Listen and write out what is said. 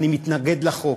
אני מתנגד לחוק.